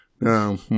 No